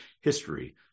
history